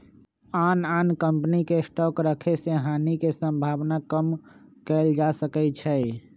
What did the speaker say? आन आन कम्पनी के स्टॉक रखे से हानि के सम्भावना कम कएल जा सकै छइ